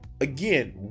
again